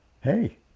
hey